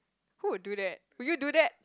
who would do that would you do that